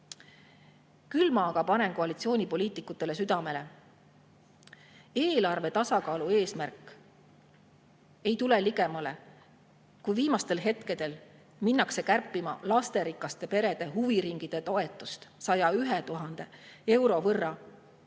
Küll ma aga panen koalitsioonipoliitikutele südamele: eelarve tasakaalu eesmärk ei tule ligemale, kui viimastel hetkedel minnakse kärpima lasterikaste perede huviringide toetust 101 000 euro võrra.